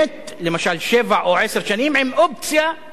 למשל שבע או עשר שנים עם אופציה להאריך,